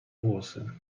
włosy